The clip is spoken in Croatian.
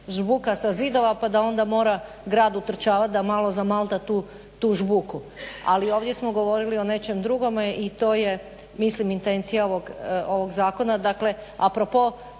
žbuka sa zidova pa da onda mora grad utrčavati da malo zamalta tu žbuku. Ali ovdje smo govorili o nečem drugome i to je milim intencija ovog zakona. Dakle a propos